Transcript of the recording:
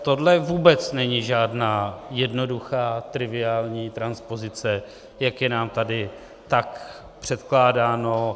Tohle vůbec není žádná jednoduchá, triviální transpozice, jak je nám tady tak předkládáno.